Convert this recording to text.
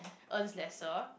earns lesser